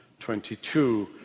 22